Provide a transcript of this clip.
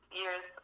years